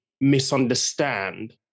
misunderstand